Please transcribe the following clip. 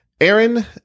Aaron